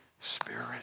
spirit